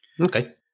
Okay